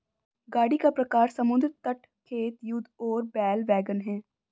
गाड़ी का प्रकार समुद्र तट, खेत, युद्ध और बैल वैगन है